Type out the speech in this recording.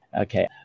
Okay